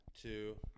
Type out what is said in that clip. two